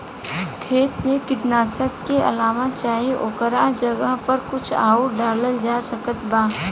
खेत मे कीटनाशक के अलावे चाहे ओकरा जगह पर कुछ आउर डालल जा सकत बा?